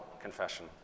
confession